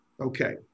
Okay